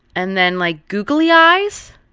and then like, googly eyes,